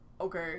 okay